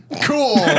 Cool